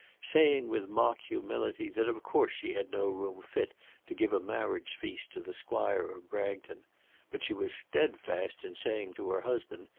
saying with mock humility that of course she had no room fit to give a marriage feast to the squire of bragton but she was steadfast in saying to her husband,